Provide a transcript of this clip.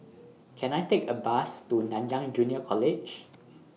Can I Take A Bus to Nanyang Junior College